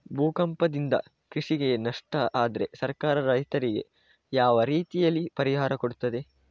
ಭೂಕಂಪದಿಂದ ಕೃಷಿಗೆ ನಷ್ಟ ಆದ್ರೆ ಸರ್ಕಾರ ರೈತರಿಗೆ ಯಾವ ರೀತಿಯಲ್ಲಿ ಪರಿಹಾರ ಕೊಡ್ತದೆ?